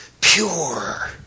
pure